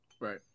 Right